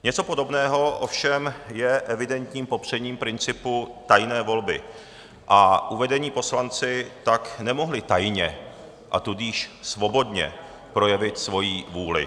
Něco podobného ovšem je evidentním popřením principu tajné volby a uvedení poslanci tak nemohli tajně, a tudíž svobodně projevit svoji vůli.